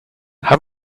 how